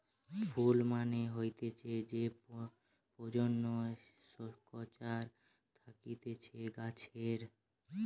ফুল মানে হতিছে যে প্রজনন স্ট্রাকচার থাকতিছে গাছের